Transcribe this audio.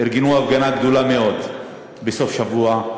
ארגנו הפגנה גדולה מאוד בסוף השבוע,